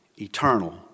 eternal